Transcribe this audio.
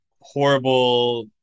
horrible